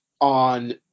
on